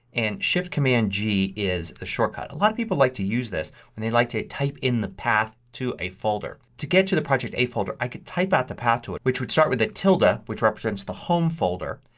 and shift command g is the shortcut. a lot of people like to use this when they like to type in the path to a folder. to get to the project a folder i could type out the path to it which should start with tilde, ah which represent the home folder,